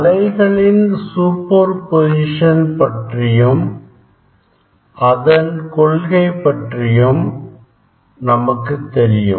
அலைகளின் superposition பற்றியும் அதன் கொள்கை பற்றியும் நமக்குத் தெரியும்